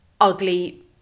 ugly